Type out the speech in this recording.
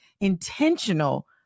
intentional